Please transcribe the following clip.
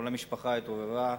כל המשפחה התעוררה.